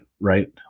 right